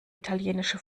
italienische